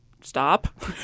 stop